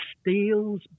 steals